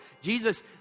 Jesus